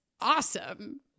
awesome